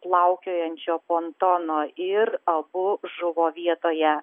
plaukiojančio pontono ir abu žuvo vietoje